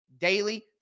daily